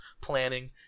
planning